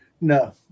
No